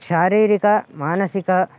शारीरिक मानसिकं